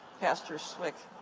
pastor swick.